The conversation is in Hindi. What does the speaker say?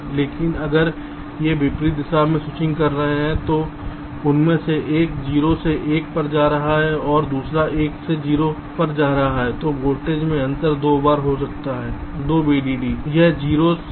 लेकिन अगर वे विपरीत दिशा में स्विचिंग कर रहे हैं तो उनमें से एक 0 से 1 जा रहा है और दूसरा 1 से 0 से जा रहा है तो वोल्टेज में अंतर दो बार हो सकता है 2 VDD सही